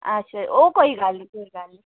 अच्छा ओह् कोई गल्ल नी कोई गल्ल नेईं